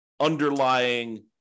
underlying